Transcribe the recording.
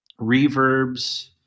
reverbs